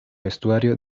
vestuario